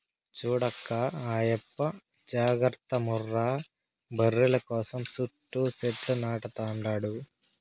చూడక్కా ఆయప్ప జాగర్త ముర్రా బర్రెల కోసం సుట్టూ సెట్లు నాటతండాడు